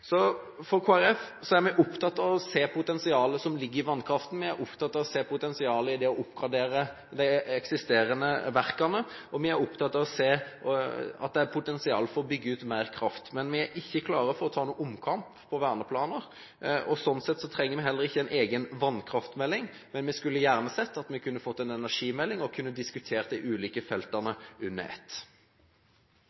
er opptatt av å se potensialet som ligger i vannkraften. Vi er opptatt av å se potensialet i det å oppgradere de eksisterende verkene, og vi er opptatt av å se at det er potensial for å bygge ut mer kraft. Men vi er ikke klare for å ta noen omkamp om verneplaner. Sånn sett trenger vi heller ikke en egen vannkraftmelding, men vi skulle gjerne sett at vi kunne fått en energimelding, slik at vi kunne diskutere de ulike feltene